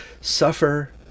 Suffer